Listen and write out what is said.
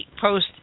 post